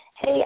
hey